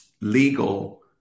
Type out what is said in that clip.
legal